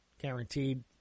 guaranteed